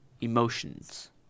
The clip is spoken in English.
emotions